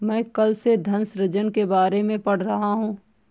मैं कल से धन सृजन के बारे में पढ़ रहा हूँ